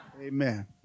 Amen